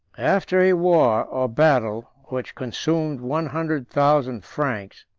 after a war, or battle, which consumed one hundred thousand franks,